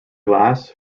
glass